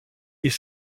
est